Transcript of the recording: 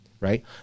right